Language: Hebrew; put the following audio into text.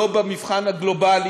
לא במבחן הגלובלי,